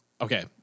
okay